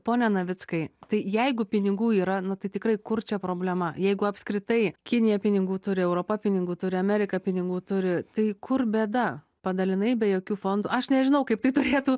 pone navickai tai jeigu pinigų yra na tai tikrai kur čia problema jeigu apskritai kinija pinigų turi europa pinigų turi amerika pinigų turi tai kur bėda padalinai be jokių fondų aš nežinau kaip tai turėtų